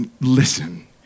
listen